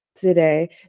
today